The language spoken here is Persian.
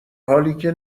حالیکه